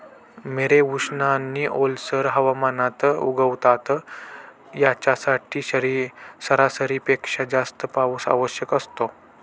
मिरे उष्ण आणि ओलसर हवामानात उगवतात, यांच्यासाठी सरासरीपेक्षा जास्त पाऊस आवश्यक असतो